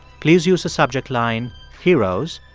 please use the subject line heroes,